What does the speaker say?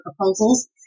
proposals